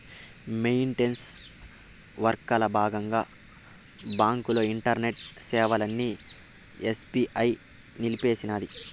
maintenance వర్కల బాగంగా బాంకుల ఇంటర్నెట్ సేవలని ఎస్బీఐ నిలిపేసినాది